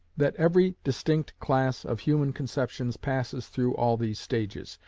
that every distinct class of human conceptions passes through all these stages,